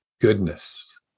goodness